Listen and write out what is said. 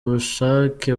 bushake